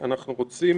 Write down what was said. אנחנו רוצים